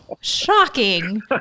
Shocking